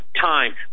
time